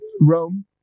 rome